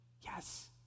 Yes